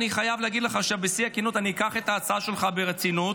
אני חייב לך בשיא הכנות שאני אקח את ההצעה שלך ברצינות,